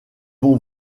vont